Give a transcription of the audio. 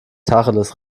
tacheles